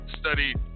studied